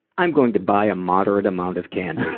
i'm going to buy a moderate amount of candy.